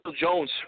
Jones